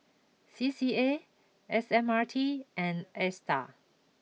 C C A S M R T and Astar